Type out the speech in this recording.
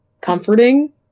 comforting